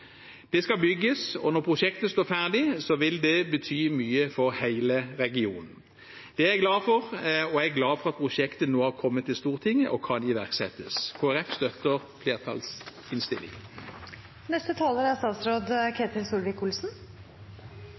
Det skal bygges, og når prosjektet står ferdig, vil det bety mye for hele regionen. Det er jeg glad for, og jeg er glad for at prosjektet nå har kommet til Stortinget, og kan iverksettes. Kristelig Folkeparti støtter flertallsinnstillingen. I dag er